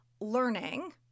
learning